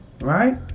right